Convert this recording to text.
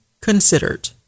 considered